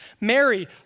Mary